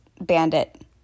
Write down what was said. bandit